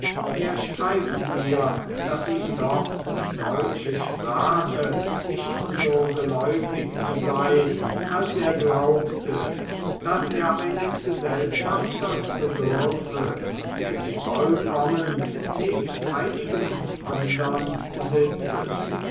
er schreibt mir daß ihm doch die deutsche sprache nicht so geläufig sei als er geglaubt daß er eines gesellschafters bedürfe der sie vollkommen nebst einigem andern besitze